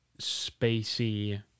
spacey